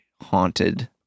haunted